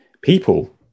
people